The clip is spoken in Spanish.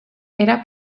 era